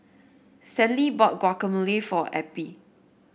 Stanley bought Guacamole for Eppie